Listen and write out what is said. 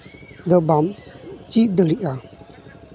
ᱫᱚ ᱵᱟᱢ ᱪᱮᱫ ᱫᱟᱲᱮᱭᱟᱜᱼᱟ